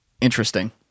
interesting